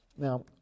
Now